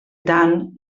tant